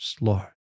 Lord